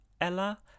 Ella